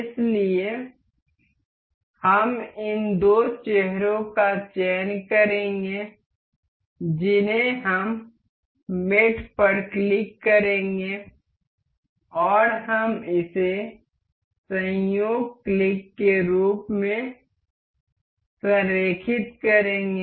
इसलिए हम इन दो चेहरों का चयन करेंगे जिन्हें हम मेट पर क्लिक करेंगे और हम इसे संयोग क्लिक के रूप में संरेखित करेंगे